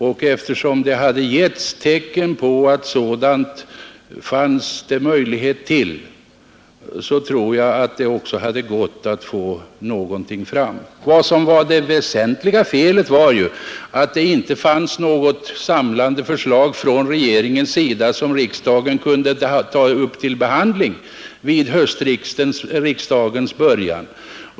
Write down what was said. Jag tror att det då också hade gått att få fram någonting av detta. Vad som var det väsentliga felet är ju att det inte fanns något samlande förslag från regeringens sida som riksdagen kunde ta upp till behandling vid höstriksdagens början.